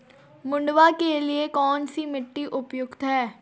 मंडुवा के लिए कौन सी मिट्टी उपयुक्त है?